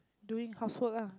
doing housework lah